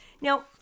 now